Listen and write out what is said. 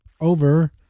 over